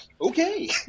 Okay